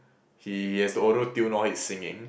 he has to auto tune all his singing